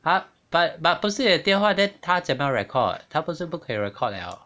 but but but 不是有电话 then 他怎么 record 他不是不可以 record liao